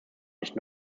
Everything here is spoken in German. nicht